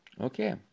Okay